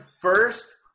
first